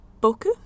boku